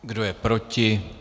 Kdo je proti?